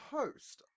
host